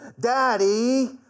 daddy